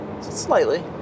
slightly